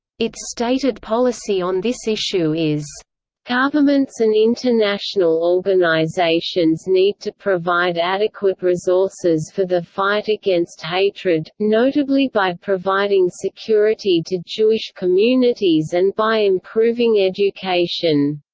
its stated policy on this issue is governments and international organizations need to provide adequate resources for the fight against hatred, notably by providing security to jewish communities and by improving education.